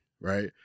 Right